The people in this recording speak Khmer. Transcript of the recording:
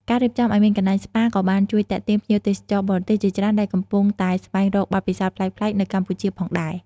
ការរៀបចំឲ្យមានកន្លែងស្ប៉ាក៏បានជួយទាក់ទាញភ្ញៀវទេសចរបរទេសជាច្រើនដែលកំពុងតែស្វែងរកបទពិសោធន៍ប្លែកៗនៅកម្ពុជាផងដែរ។